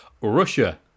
Russia